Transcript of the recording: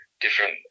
different